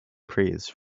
praise